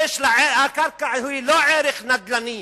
לקרקע יש לא ערך נדל"ני